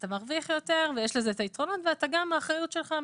אתה מרוויח יותר ויש לזה את היתרונות וגם האחריות שלך מתפרסת.